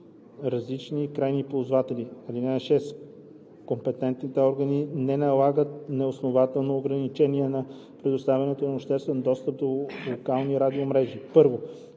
различни крайни ползватели. (6) Компетентните органи не налагат неоснователно ограничения на предоставянето на обществен достъп до локални радиомрежи: 1.